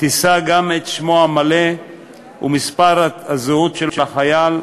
ותישא גם את שמו המלא ומספר הזהות של החייל,